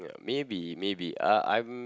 maybe maybe uh I'm